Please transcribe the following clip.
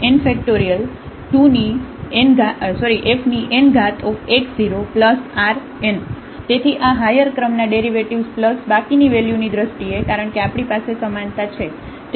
fnx0Rn તેથી આ higher ક્રમના ડેરિવેટિવ્ઝ બાકીની વેલ્યુની દ્રષ્ટિએ કારણ કે આપણી પાસે સમાનતા અહીં છે